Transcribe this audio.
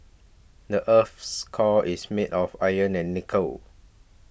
the earth's core is made of iron and nickel